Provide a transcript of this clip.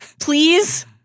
Please